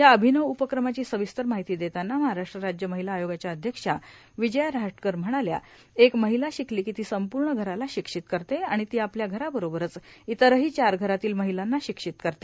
या अभिनव उपक्रमाची सविस्तर माहिती देतानाए महाराष्ट्र राज्य महिला आयोगाच्या अध्यक्षा विजय रहाटकर म्हणाल्याए ष्एक महिला शिकली की ती संपूर्ण घराला शिक्षित करते आणि ती आपल्या घराबरोबरच इतरही चार घरांतील महिलांना शिक्षित करते